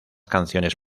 canciones